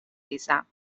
ریزم